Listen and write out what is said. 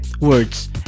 words